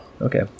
Okay